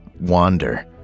wander